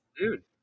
dude